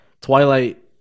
Twilight